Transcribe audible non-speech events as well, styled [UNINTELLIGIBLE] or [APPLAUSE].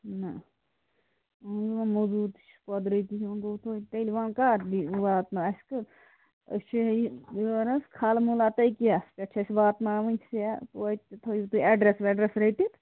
نہ [UNINTELLIGIBLE] موٚزوٗر قۄدرَتی وۅنۍ گوٚو تیٚلہِ وَن کر بیٚیہِ واتناو اَسہِ چھِ أسۍ چھِ یِہےَ یہِ یہِ وَنان ہرموٗلا تتییٛاہ اَسہِ چھِ واتناوٕنۍ سیٚکھ وٲتِو تھٲوِو تُہی ایٚڈرس ویٚڈرَس رٔٹِتھ